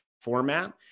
format